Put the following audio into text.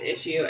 issue